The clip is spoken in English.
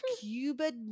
Cuba